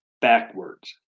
backwards